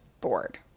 board